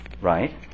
Right